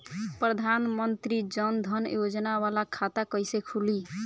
प्रधान मंत्री जन धन योजना वाला खाता कईसे खुली?